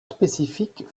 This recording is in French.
spécifique